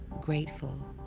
grateful